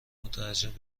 متعجب